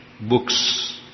books